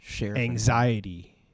anxiety